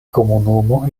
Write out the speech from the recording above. komunumo